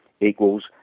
equals